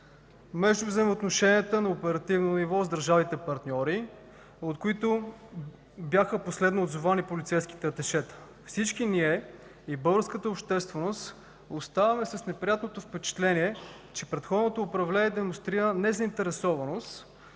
между взаимоотношенията на оперативно ниво с държавите партньори, от които бяха последно отзовани полицейските аташета. Всички ние – и българската общественост, оставаме с неприятното впечатление, че предходното управление демонстрира незаинтересованост